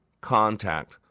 contact